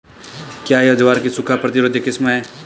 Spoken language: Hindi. क्या यह ज्वार की सूखा प्रतिरोधी किस्म है?